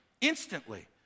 instantly